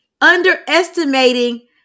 underestimating